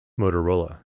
Motorola